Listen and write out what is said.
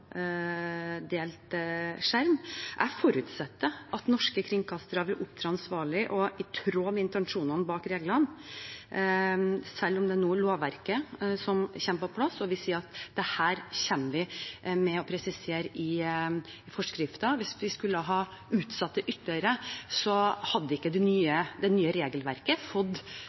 delt skjerm. Jeg forutsetter at norske kringkastere vil opptre ansvarlig og i tråd med intensjonene bak reglene, selv om det nå i lovverket kommer på plass og vi sier at vi kommer til å presisere dette i forskriften. Hvis vi skulle ha utsatt dette ytterligere, hadde ikke det nye regelverket fått